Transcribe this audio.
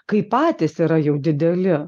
kai patys yra jau dideli